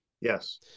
Yes